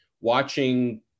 watching